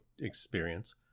experience